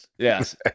yes